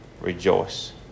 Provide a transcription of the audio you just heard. rejoice